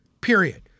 Period